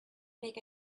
make